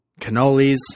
cannolis